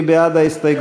מי בעד ההסתייגויות?